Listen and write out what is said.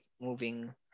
moving